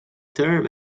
term